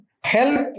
help